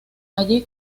allí